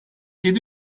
yedi